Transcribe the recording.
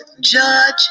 judge